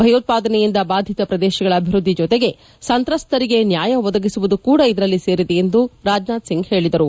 ಭಯೋತ್ವಾದನೆಯಿಂದ ಬಾಧಿತ ಪ್ರದೇಶಗಳ ಅಭಿವೃದ್ದಿಯ ಜೊತೆಗೆ ಸಂತ್ರಸ್ತರಿಗೆ ನ್ಯಾಯ ಒದಗಿಸುವುದು ಕೂದ ಇದರಲ್ಲಿ ಸೇರಿದೆ ಎಂದು ರಾಜನಾಥ್ ಸಿಂಗ್ ಹೇಳಿದರು